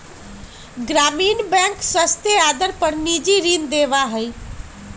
ग्रामीण बैंक सस्ते आदर पर निजी ऋण देवा हई